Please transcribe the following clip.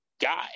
guy